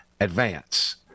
advance